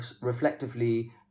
reflectively